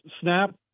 snap